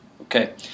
Okay